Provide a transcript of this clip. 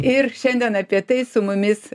ir šiandien apie tai su mumis